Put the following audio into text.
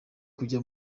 kujya